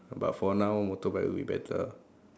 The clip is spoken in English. but for now motorbike will be better